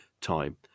time